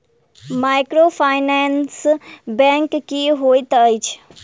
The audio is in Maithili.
माइक्रोफाइनेंस बैंक की होइत अछि?